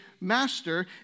master